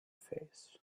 face